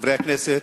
חברי הכנסת,